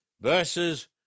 verses